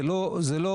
זה לא